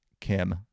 Kim